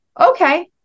okay